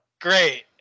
great